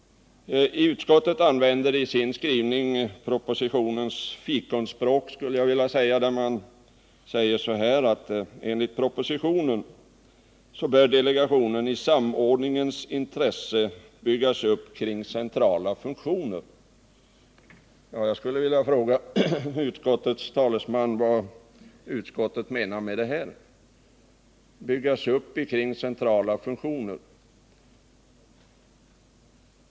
Utskottet använder i sin skrivning propositionens fikonspråk och säger: ”Enligt propositionen bör delegationen i samordningens intresse byggas upp kring centrala funktioner.” Jag skulle vilja fråga utskottets talesman vad utskottet menar med ”byggas upp kring centrala funktioner”.